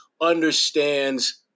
understands –